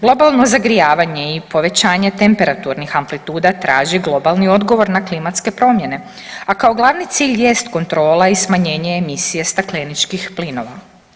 Globalno zagrijavanje i povećanje temperaturnih amplituda traži globalni odgovor na klimatske promjene, a kao glavni cilj jest kontrola i smanjenje emisije stakleničkih plinova.